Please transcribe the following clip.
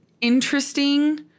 interesting